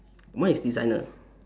mine is designer